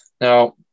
Now